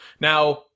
Now